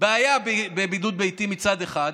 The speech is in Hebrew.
בעיה בבידוד ביתי מצד אחד,